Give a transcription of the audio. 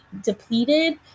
depleted